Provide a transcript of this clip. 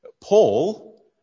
Paul